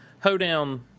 Hoedown